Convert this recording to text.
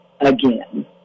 again